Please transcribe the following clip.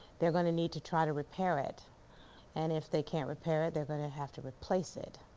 they're gonna need to try to repair it and if they can't repair it, they're gonna have to replace it